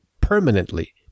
permanently